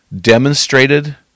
demonstrated